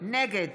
נגד